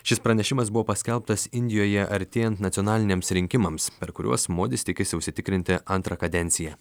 šis pranešimas buvo paskelbtas indijoje artėjan nacionaliniams rinkimams per kuriuos modis tikisi užsitikrinti antrą kadenciją